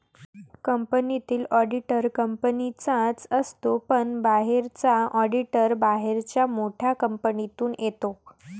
कंपनीतील ऑडिटर कंपनीचाच असतो पण बाहेरचा ऑडिटर बाहेरच्या मोठ्या कंपनीतून येतो